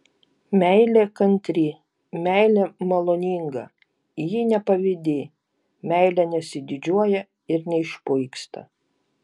meilė kantri meilė maloninga ji nepavydi meilė nesididžiuoja ir neišpuiksta